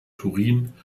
turin